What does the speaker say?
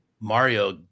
Mario